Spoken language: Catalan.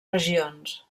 regions